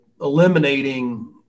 eliminating